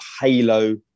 halo